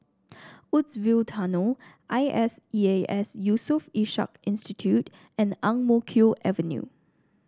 Woodsville Tunnel I S E A S Yusof Ishak Institute and Ang Mo Kio Avenue